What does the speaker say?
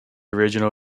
original